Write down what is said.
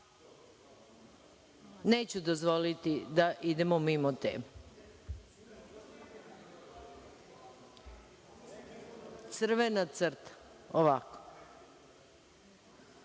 Neću dozvoliti da idemo mimo teme. Crvena crta –